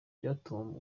byatumye